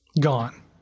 gone